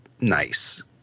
nice